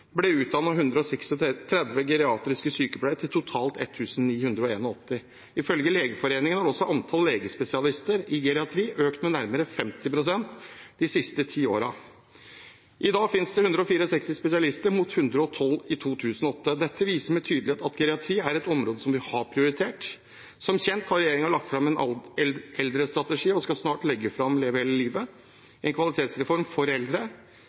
totalt 1 981. Ifølge Legeforeningen har også antall legespesialister i geriatri økt med nærmere 50 pst. de siste ti årene. I dag finnes det 164 spesialister, mot 112 i 2008. Dette viser med tydelighet at geriatri er et område som vi har prioritert. Som kjent har regjeringen lagt fram en eldrestrategi og skal snart legge fram «Leve hele livet», en kvalitetsreform for eldre.